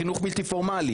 חינוך בלתי פורמלי,